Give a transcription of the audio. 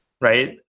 Right